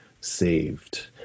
saved